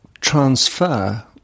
transfer